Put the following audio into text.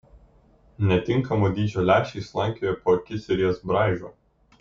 netinkamo dydžio lęšiai slankioja po akis ir jas braižo